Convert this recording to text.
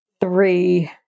three